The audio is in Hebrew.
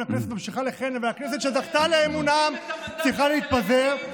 הכנסת ממשיכה לכהן והכנסת שזכתה לאמון העם צריכה להתפזר,